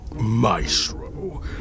maestro